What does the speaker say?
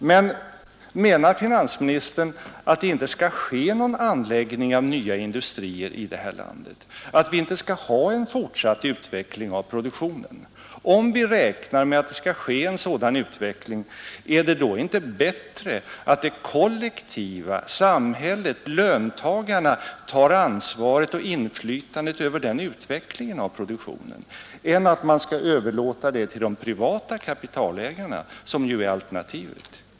Men menar finansministern att det inte skall ske någon anläggning av nya industrier i det här landet, att vi inte skall ha en fortsatt utveckling av produktionen? Och om vi räknar med att det skall ske en sådan utveckling, är det då inte bättre att det kollektiva — samhället, löntagarna - tar ansvaret och inflytandet över utvecklingen av produktionen än att överlåta det till de privata kapitalägarna, som ju är alternativet?